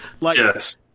Yes